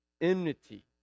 enmity